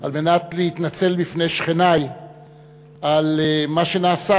על מנת להתנצל בפני שכני על מה שנעשה.